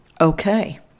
Okay